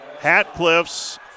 Hatcliffe's